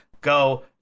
go